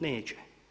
Neće.